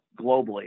globally